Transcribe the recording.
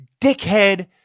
dickhead